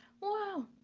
Wow